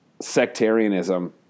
sectarianism